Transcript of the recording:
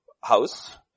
house